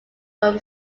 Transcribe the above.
from